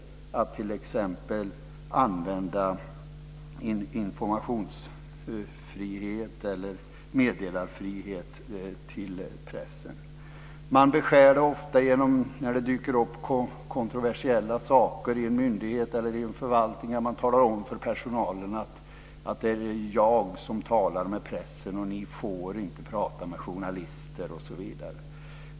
Det gäller t.ex. informationsfrihet eller meddelarfrihet gentemot pressen. När det dyker upp kontroversiella saker i en myndighet eller i en förvaltning säger man till personalen: Det är jag som talar med pressen, och ni får inte prata med journalister osv.